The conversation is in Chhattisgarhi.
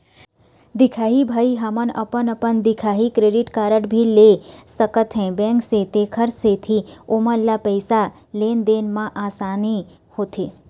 दिखाही भाई हमन अपन अपन दिखाही क्रेडिट कारड भी ले सकाथे बैंक से तेकर सेंथी ओमन ला पैसा लेन देन मा आसानी होथे?